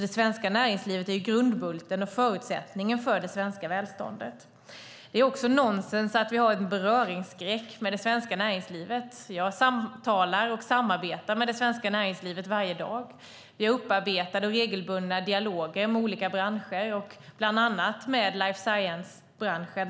Det svenska näringslivet är alltså grundbulten och förutsättningen för det svenska välståndet. Det är nonsens att vi har en beröringsskräck i fråga om det svenska näringslivet. Jag samtalar och samarbetar med det svenska näringslivet varje dag. Vi har upparbetade och regelbundna dialoger med olika branscher, bland annat med life science-branschen.